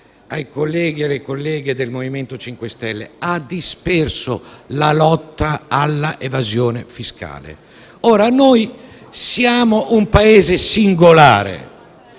ai colleghi e alle colleghe del MoVimento 5 Stelle - la lotta all'evasione fiscale. Ora, noi siamo un Paese singolare.